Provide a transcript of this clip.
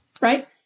right